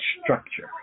structure